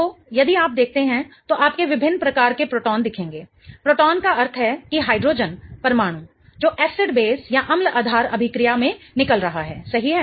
तो यदि आप देखते हैं तो आपको विभिन्न प्रकार के प्रोटॉन दिखेंगे प्रोटॉन का अर्थ है कि हाइड्रोजन परमाणु जो एसिड बेस अम्ल आधार अभिक्रिया में निकल रहा है सही है